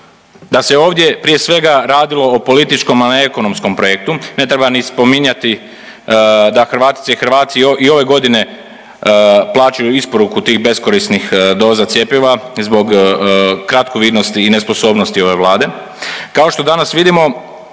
da se ovdje prije svega radilo o političkom, a ne ekonomskom projektu. Ne treba spominjati da Hrvatice i Hrvati i ove godine plaćaju isporuku tih beskorisnih doza cjepiva zbog kratkovidnosti i nesposobnosti ove Vlade,